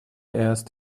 erst